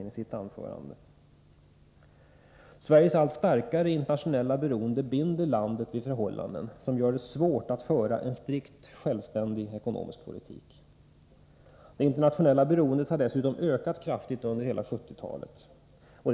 Sveriges allt starkare internationella beroende binder landet vid förhållanden som gör det svårt att föra en strikt självständig ekonomisk politik. Det internationella beroendet har dessutom ökat kraftigt under hela 1970-talet.